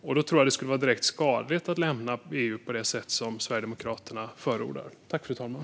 Jag tror att det skulle vara direkt skadligt att lämna EU på det sätt som Sverigedemokraterna förordar.